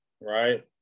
right